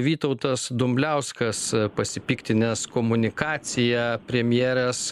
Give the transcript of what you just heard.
vytautas dumbliauskas pasipiktinęs komunikacija premjerės